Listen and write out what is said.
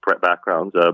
backgrounds